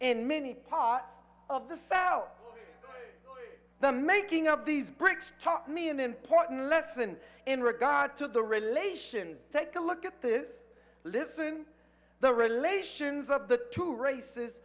in many parts of the south the making of these bricks taught me an important lesson in regard to the relations take a look at this listen the revelations of the two races